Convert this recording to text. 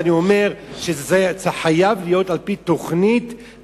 ואומר שזה חייב להיות על-פי תוכנית,